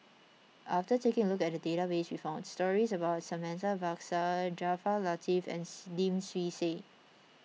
after taking a look at the database we found stories about Santha Bhaskar Jaafar Latiff and Lim Swee Say